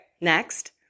next